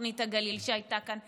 תוכנית הגליל שהייתה כאן,